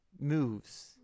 moves